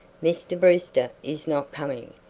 mr. brewster is not coming,